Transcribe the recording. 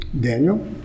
Daniel